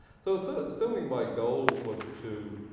so so assuming my goal was to